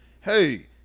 hey